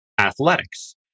athletics